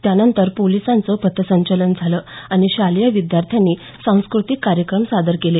यानंतर पोलिसाचं पथसंचलन झालं आणि शालेय विद्यार्थ्यांनी सांस्कृतिक कार्यक्रम सादर केले